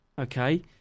okay